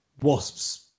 Wasps